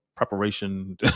preparation